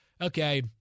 okay